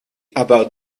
about